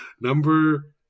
Number